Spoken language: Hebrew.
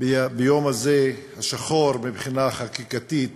ביום הזה השחור מבחינה חקיקתית